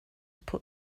put